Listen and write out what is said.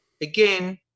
again